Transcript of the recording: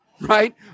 right